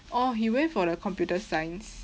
oh he went for the computer science